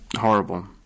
Horrible